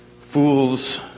Fools